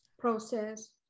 process